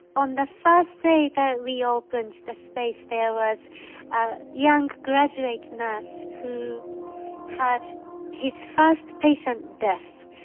on the first day that we opened the space there was a young graduate nurse who had his first patient death,